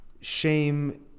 shame